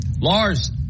Lars